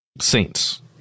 saints